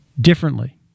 differently